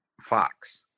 Fox